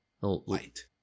Light